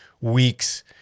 weeks